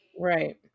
right